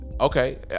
okay